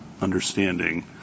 understanding